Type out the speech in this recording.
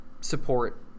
support